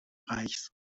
reichs